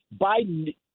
Biden